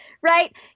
Right